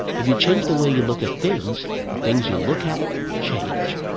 if you change the way you look at things, the things you look at change.